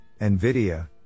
NVIDIA